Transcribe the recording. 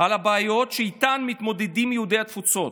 הבעיות שאיתן מתמודדים יהודי התפוצות.